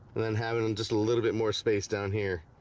and then having them just a little bit more space down here